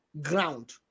ground